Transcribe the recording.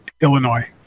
Illinois